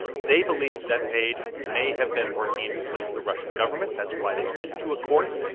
they believe that page may have been working with the russian government. that's why they went to court,